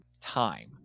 time